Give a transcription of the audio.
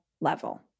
level